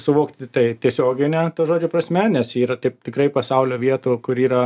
suvokti tai tiesiogine to žodžio prasme nes yra taip tikrai pasaulio vietų kur yra